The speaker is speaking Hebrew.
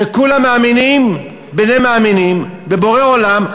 שכולם מאמינים בני מאמינים בבורא עולם,